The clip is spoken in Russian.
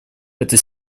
эта